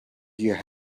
your